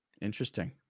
Interesting